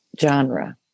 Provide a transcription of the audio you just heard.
genre